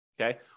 Okay